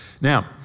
Now